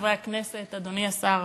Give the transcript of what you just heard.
השר,